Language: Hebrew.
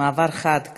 מעבר חד כזה.